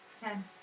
Ten